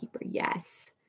Yes